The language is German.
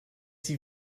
sie